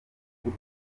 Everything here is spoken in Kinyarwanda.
kuko